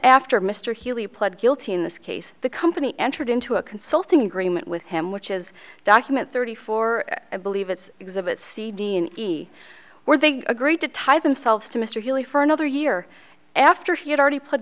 after mr healey pled guilty in this case the company entered into a consulting agreement with him which is document thirty four i believe it's exhibit c d and e where they agreed to tie themselves to mr healey for another year after he had already p